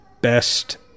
best